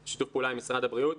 בשיתוף פעולה עם משרד הבריאות,